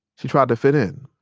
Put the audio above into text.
she tried to fit in,